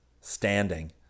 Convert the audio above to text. standing